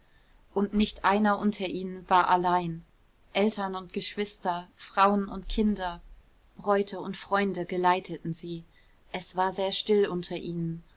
und nicht einer unter allen war allein eltern und geschwister frauen und kinder bräute und freunde geleiteten sie es war sehr still unter ihnen